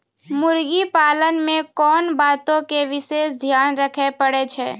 मुर्गी पालन मे कोंन बातो के विशेष ध्यान रखे पड़ै छै?